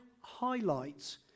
highlights